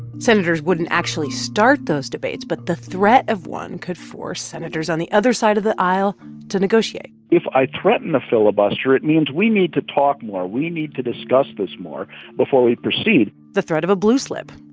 senators wouldn't actually start those debates, but the threat of one could force senators on the other side of the aisle to negotiate if i threaten to filibuster, it means we need to talk more. we need to discuss this more before we proceed the threat of a blue slip,